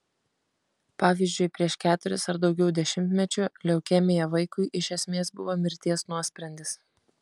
pavyzdžiui prieš keturis ar daugiau dešimtmečių leukemija vaikui iš esmės buvo mirties nuosprendis